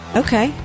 okay